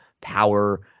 Power